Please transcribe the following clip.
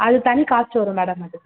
அது தனி காஸ்ட் வரும் மேடம் அது